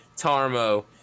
Tarmo